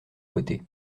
beauté